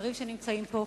השרים שנמצאים פה,